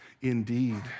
indeed